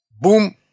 Boom